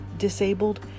disabled